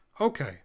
Okay